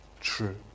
true